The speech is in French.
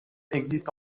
existe